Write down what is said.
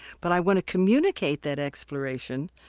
but i want to communicate that exploration.